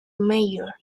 mayor